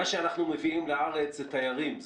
מה שאנחנו מביאים לארץ זה תיירים.